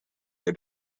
near